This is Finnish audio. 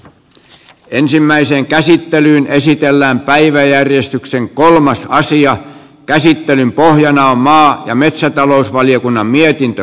nyt ensimmäiseen käsittelyyn esitellään päiväjärjestyksen kolmas aasian käsittelyn pohjana on maa ja metsätalousvaliokunnan mietintö